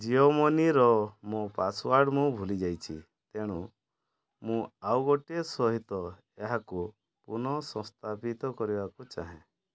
ଜିଓ ମନିର ମୋ ପାସୱାର୍ଡ଼ ମୁଁ ଭୁଲି ଯାଇଛି ତେଣୁ ମୁଁ ଆଉ ଗୋଟିଏ ସହିତ ଏହାକୁ ପୁନଃସଂସ୍ଥାପିତ କରିବାକୁ ଚାହେଁ